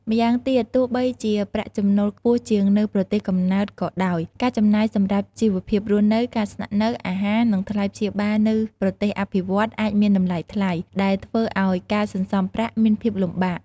ម្យ៉ាងទៀត ទោះបីជាប្រាក់ចំណូលខ្ពស់ជាងនៅប្រទេសកំណើតក៏ដោយ ការចំណាយសម្រាប់ជីវភាពរស់នៅ ការស្នាក់នៅ អាហារ និងថ្លៃព្យាបាលនៅប្រទេសអភិវឌ្ឍន៍អាចមានតម្លៃថ្លៃ ដែលធ្វើឲ្យការសន្សំប្រាក់មានភាពលំបាក។